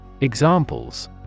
Examples